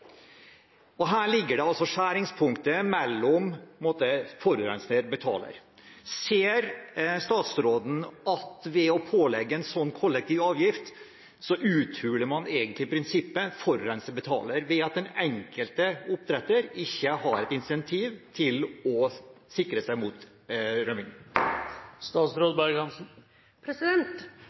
Her ligger altså prinsippet om at forurenser betaler. Ser statsråden at ved å pålegge en slik kollektiv avgift uthuler man egentlig prinsippet om at forurenser betaler ved at den enkelte oppdretter ikke har incentiv til å sikre seg mot